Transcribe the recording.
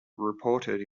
reported